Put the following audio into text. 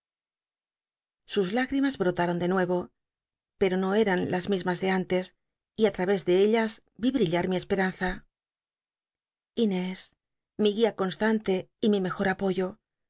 sus higrimas brotaron de nuevo pero no eran las mismas de antes y i través de ellas vi brillm mi esperanza inés mi guia constante y mi mejor apoyo